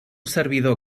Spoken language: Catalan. servidor